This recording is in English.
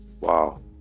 Wow